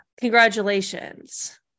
Congratulations